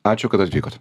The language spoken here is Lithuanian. ačiū kad atvykot